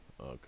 okay